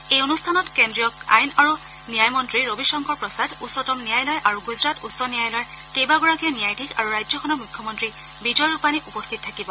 এই অনুষ্ঠানত কেন্দ্ৰীয় আইন আৰু ন্যায় মন্ত্ৰী ৰবি শংকৰ প্ৰসাদ উচ্চতম ন্যায়ালয় আৰু গুজৰাট উচ্চ ন্যায়ালয়ৰ কেইবাগৰাকীও ন্যায়াধীশ আৰু ৰাজ্যখনৰ মুখ্যমন্ত্ৰী বিজয় ৰূপাণী উপস্থিত থাকিব